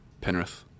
Penrith